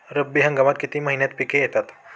रब्बी हंगामात किती महिन्यांत पिके येतात?